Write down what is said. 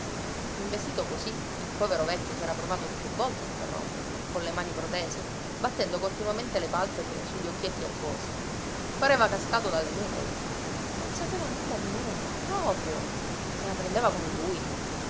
investito così il povero vecchio s'era provato più volte a interromperlo con le mani protese battendo continuamente le palpebre su gli occhietti acquosi pareva cascato dalle nuvole non sapeva nulla di nulla proprio se la prendeva con lui